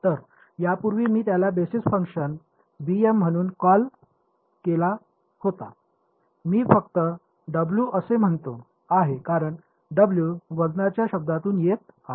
तर यापूर्वी मी याला बेसिस फंक्शन म्हणून कॉल केले होते मी फक्त डब्ल्यू असे म्हणतो आहे कारण डब्ल्यू वजनाच्या शब्दातून येत आहे